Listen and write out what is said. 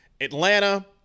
Atlanta